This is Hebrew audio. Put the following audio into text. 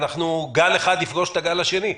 גל אחד יפגוש את הגל השני.